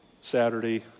Saturday